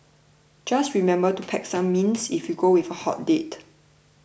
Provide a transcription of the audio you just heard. just remember to pack some mints if you go with a hot date